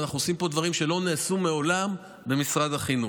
ואנחנו עושים פה דברים שלא נעשו מעולם במשרד החינוך.